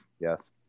Yes